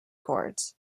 chords